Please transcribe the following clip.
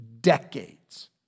decades